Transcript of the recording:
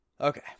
Okay